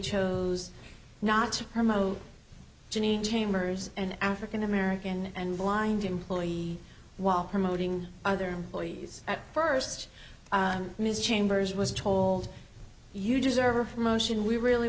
chose not to promote jenny chambers an african american and blind employee while promoting other employees at first ms chambers was told you deserve a motion we really